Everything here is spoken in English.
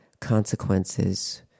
consequences